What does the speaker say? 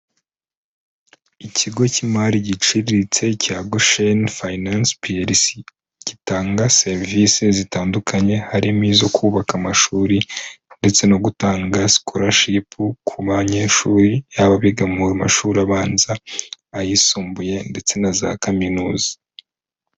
Ikigo cy'imari giciriritse cya GOSHEN FINANCE PLC gitanga serivisi zitandukanye, harimo izo kubaka amashuri ndetse no gutanga scholarship ku banyeshuri baba biga mu mashuri abanza, ayisumbuye ndetse na za kaminuza.